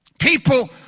People